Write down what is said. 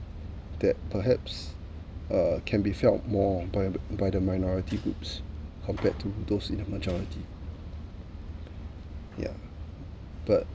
that perhaps uh can be felt more by by the minority groups compared to those in the majority yeah but